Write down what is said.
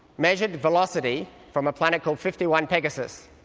measured velocity, from a planet called fifty one pegasus,